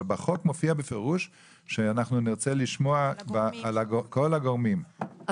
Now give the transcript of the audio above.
אבל בחוק מופיע בפירוש שאנחנו נרצה לשמוע את כל הגורמים,